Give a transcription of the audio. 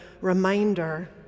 reminder